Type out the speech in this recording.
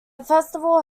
festival